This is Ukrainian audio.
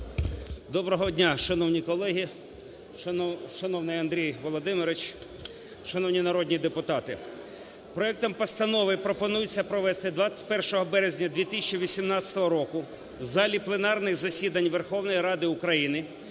Доброго дня, шановні колеги. Шановний Андрію Володимировичу, шановні народні депутати! Проектом постанови пропонується провести 21 березня 2018 року в залі пленарних засідань Верховної Ради України